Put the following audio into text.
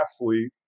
athlete